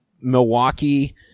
Milwaukee